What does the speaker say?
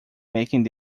making